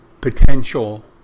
potential